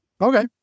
Okay